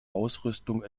ausrüstung